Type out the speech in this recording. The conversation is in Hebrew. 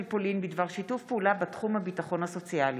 פולין בדבר שיתוף פעולה בתחום הביטחון הסוציאלי,